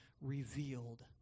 revealed